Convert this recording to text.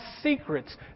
secrets